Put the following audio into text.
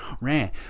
Ran